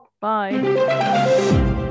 Bye